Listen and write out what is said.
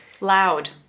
Loud